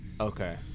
Okay